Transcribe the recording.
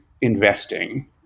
investing